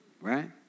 Right